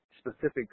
specific